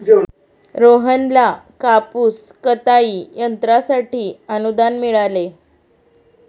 रोहनला कापूस कताई यंत्रासाठी अनुदान मिळाले